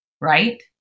right